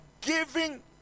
giving